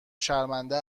شرمنده